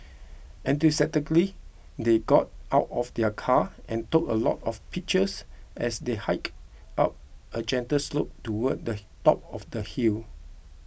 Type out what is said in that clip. enthusiastically they got out of their car and took a lot of pictures as they hiked up a gentle slope toward the top of the hill